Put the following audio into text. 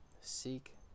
seek